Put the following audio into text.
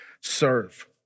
serve